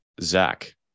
Zach